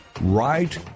Right